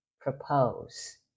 propose